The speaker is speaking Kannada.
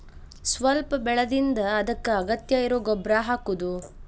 ಸ್ವಲ್ಪ ಬೆಳದಿಂದ ಅದಕ್ಕ ಅಗತ್ಯ ಇರು ಗೊಬ್ಬರಾ ಹಾಕುದು